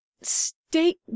state